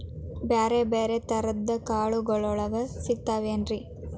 ಬ್ಯಾರೆ ಬ್ಯಾರೆ ತರದ್ ಕಾಳಗೊಳು ಸಿಗತಾವೇನ್ರಿ?